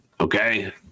Okay